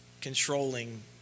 controlling